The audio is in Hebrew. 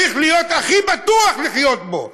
צריך להיות הכי בטוח לחיות פה,